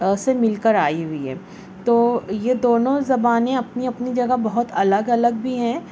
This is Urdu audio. سے مل کر آئی ہوئی ہے تو یہ دونوں زبانیں اپنی اپنی جگہ بہت الگ الگ بھی ہیں